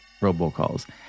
robocalls